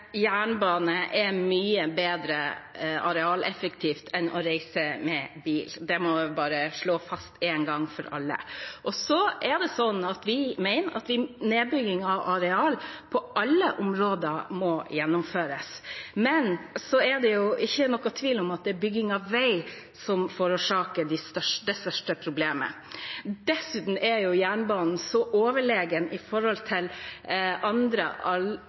jernbane er mye mer arealeffektivt enn å reise med bil. Det må bare slås fast en gang for alle. Så mener vi at nedbyggingen av areal på alle områder må gjennomføres, men det er ikke noen tvil om at det er bygging av vei som forårsaker det største problemet. Dessuten er jernbanen så overlegen i forhold til andre